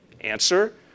answer